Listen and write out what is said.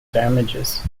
damages